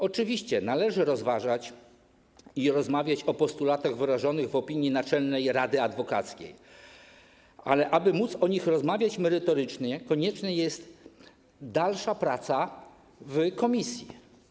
Oczywiście należy rozważać i rozmawiać o postulatach wyrażonych w opinii Naczelnej Rady Adwokackiej, ale aby móc o nich rozmawiać merytorycznie, konieczna jest dalsza praca w komisji.